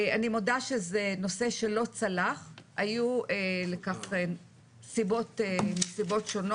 אני מודה שזה נושא שלא צלח, היו לכך סיבות שונות.